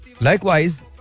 likewise